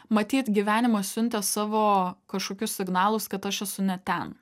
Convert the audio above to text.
matyt gyvenimas siuntė savo kažkokius signalus kad aš esu ne ten